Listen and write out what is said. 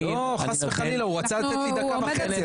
לא, חס וחלילה, הוא רצה לתת לי דקה וחצי.